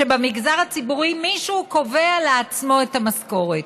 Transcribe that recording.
שבמגזר הציבורי מישהו קובע לעצמו את המשכורת?